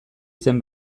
zen